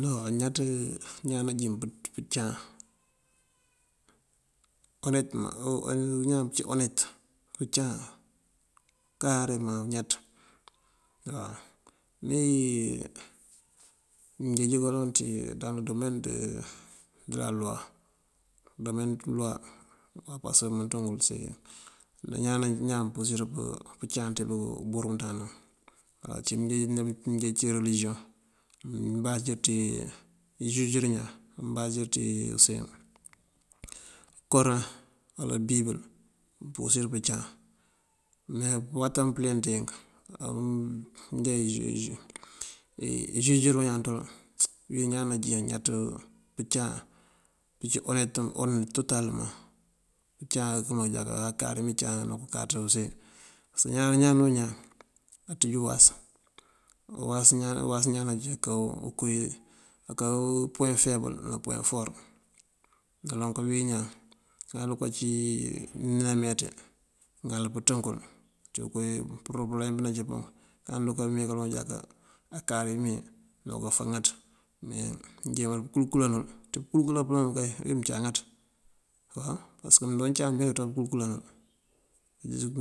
Noŋ añaţ ñaan najín pëncaŋ onetëmaŋ ñaan pëncí onet pëncaŋ karemaŋ añaţ. Mënjeej baloŋ ţí daŋ lëdomen dë la luwa, domen luwa, pasëk ngëment ngun ce iñaan najín ñaan mëmpurësir pëncaŋ ngëmburu ngëmënţandana ngun. Uncí mënjeej ţí umburu rëlisiyoŋ ambasir ţí pësusir ñaan ambasir ţí use koran uwala bibël mëmpurësir pëncaŋ. Me pëwatan pëlenţink amënja isusir bañaan ţël. Wí ñaan nancí añaţ pëncaŋ pëncí onet toltalëmaŋ pëncaŋ okëmanjáka kari ní caŋa nu káţ use pasëk ñaan o ñaan aţíj uwas. Owas ñaan najíín aká puweŋ feebël ná puweŋ foor. Naloŋ kawín ñaan ŋal arukancí ní nameeţí nëŋal pënţënkël ţí përobëlem pí nancí pun ŋal uruka mee kaloŋ jáká akar imee nokofáaŋaţ. Me njemalir pêkul kulan nul. Tí pënkul kulan pëmënţ pun kay wí mëncaŋaţ waw pasëk mënjoo mëncaŋ mbita këkul kulanël